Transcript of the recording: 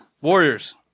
Warriors